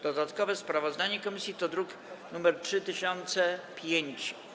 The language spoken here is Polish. Dodatkowe sprawozdanie komisji to druk nr 3005-A.